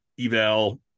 eval